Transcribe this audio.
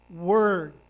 Word